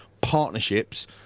partnerships